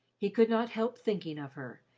he could not help thinking of her,